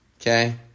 Okay